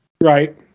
Right